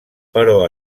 però